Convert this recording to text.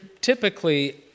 typically